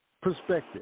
perspective